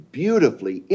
beautifully